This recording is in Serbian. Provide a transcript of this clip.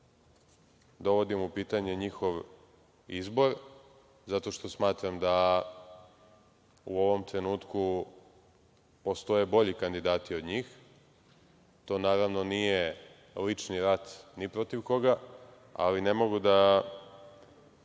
dovodim u pitanje njihov izbor, zato što smatram da u ovom trenutku postoje bolje kandidati od njih. Naravno, to nije lični rat ni protiv koga, ali, ne mogu da